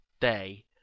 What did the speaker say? day